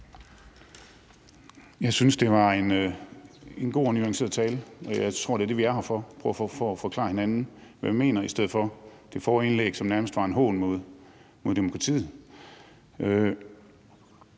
Jeg synes, det var en god og nuanceret tale, og jeg tror, det er det, vi er her for, altså at forklare hinanden, hvad vi mener, i stedet for det, vi hørte i det foregående indlæg, som nærmest var en hån imod demokratiet.